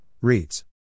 Reads